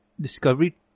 Discovery